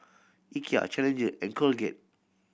Ikea Challenger and Colgate